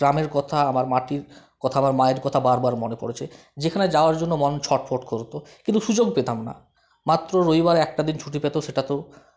গ্রামের কথা আমার মাটির কথা আমার মায়ের কথা বারবার মনে পড়েছে যেখানে যাওয়ার জন্য মন ছটফট করতো কিন্তু সুযোগ পেতাম না মাত্র রবিবার একটা দিন ছুটি পেতো সেটা তো